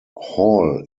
hall